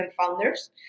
founders